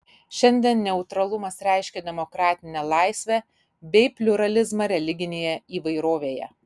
šiandien neutralumas reiškia demokratinę laisvę bei pliuralizmą religinėje įvairovėje